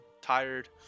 tired